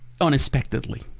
unexpectedly